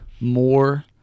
more